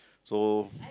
so